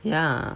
ya